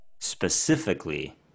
specifically